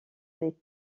les